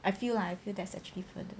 I feel lah I feel that's actually further